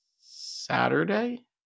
Saturday